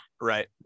Right